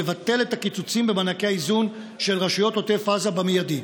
לבטל את הקיצוצים במענקי האיזון של רשויות עוטף עזה במיידי.